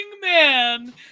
man